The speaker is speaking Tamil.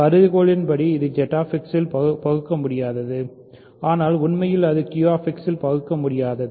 கருதுகோலின் படி இது ZX இல் பகுக்கமுடியாதது ஆனால் உண்மையில் அது Q X இல் பகுக்கமுடியாது